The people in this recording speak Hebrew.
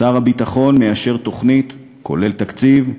שר הביטחון מאשר תוכנית, כולל תקציב.